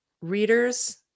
readers